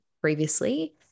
previously